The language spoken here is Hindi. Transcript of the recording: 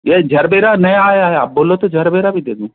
ये झरबेरा नया है नया आया है आप बोलो तो झरबेरा भी दे दूँ